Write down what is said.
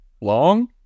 long